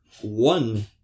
one